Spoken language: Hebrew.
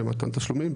במתן תשלומים,